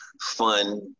fun